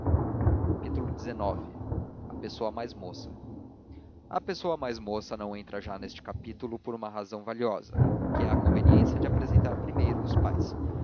certo xxix a pessoa mais moça a pessoa mais moça não entra já neste capítulo por uma razão valiosa que é a conveniência de apresentar primeiro os pais